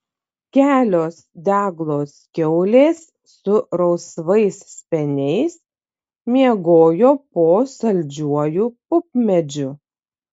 kelios deglos kiaulės su rausvais speniais miegojo po saldžiuoju pupmedžiu